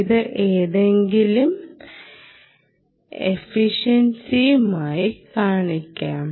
ഇത് എങ്ങനെയെങ്കിലും എഫിഷ്യൻസിയായി കാണിക്കാം